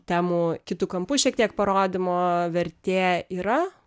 temų kitu kampu šiek tiek parodymo vertė yra